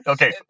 Okay